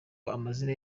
amazina